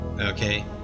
okay